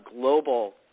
global